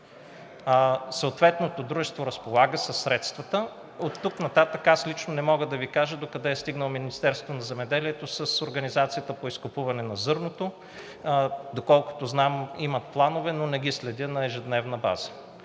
съответното дружество. То разполага със средствата, оттук нататък аз лично не мога да Ви кажа докъде е стигнало Министерството на земеделието с организацията по изкупуване на зърното. Доколкото знам, имат планове, но не ги следя на ежедневна база.